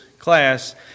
class